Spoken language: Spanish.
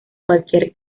cualquier